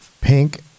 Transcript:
Pink